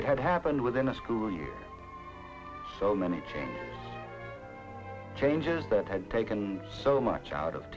it had happened within a school year so many changes that had taken so much out of